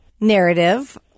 narrative